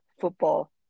football